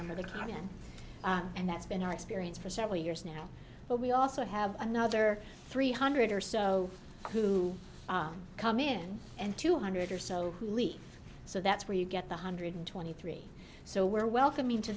number the common and that's been our experience for several years now but we also have another three hundred or so who come in and two hundred or so who leave so that's where you get the hundred twenty three so we're welcom